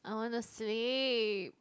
I wanna sleep